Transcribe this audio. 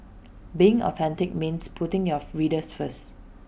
being authentic means putting your readers first